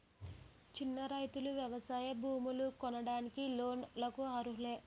చిన్న రైతులు వ్యవసాయ భూములు కొనడానికి లోన్ లకు అర్హులా?